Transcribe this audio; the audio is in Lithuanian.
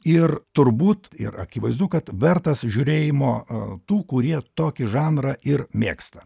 ir turbūt ir akivaizdu kad vertas žiūrėjimo tų kurie tokį žanrą ir mėgsta